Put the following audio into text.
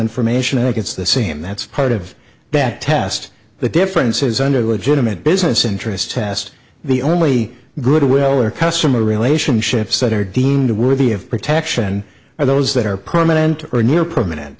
information and it's the same that's part of that test the difference is under would join him at business interest test the only good will or customer relationships that are deemed worthy of protection are those that are permanent or near permanent